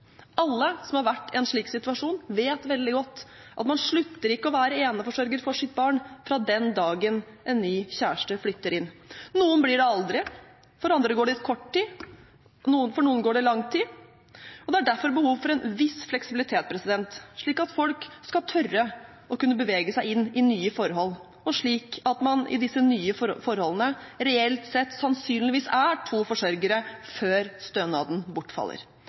Alle som har vært i en slik situasjon, vet veldig godt at man slutter ikke å være eneforsørger for sitt barn fra den dagen en ny kjæreste flytter inn. Noen blir det aldri. For noen går det kort tid, for andre går det lang tid. Det er derfor behov for en viss fleksibilitet, slik at folk skal tørre å begi seg inn i nye forhold, slik at man i disse nye forholdene reelt sett sannsynligvis er to forsørgere før stønaden bortfaller.